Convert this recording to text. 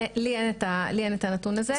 לי אין את הנתון הזה.